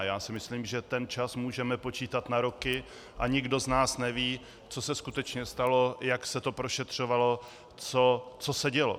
Já si myslím, že ten čas můžeme počítat na roky, a nikdo z nás neví, co se skutečně stalo, jak se to prošetřovalo, co se dělo.